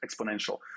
exponential